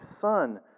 son